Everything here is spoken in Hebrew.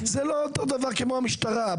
זה לא אותו דבר כמו המשטרה.